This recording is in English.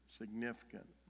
significant